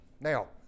Now